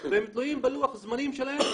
והם תלויים בלוח זמנים שלהם,